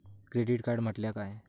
Credit card म्हटल्या काय?